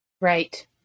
Right